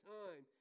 time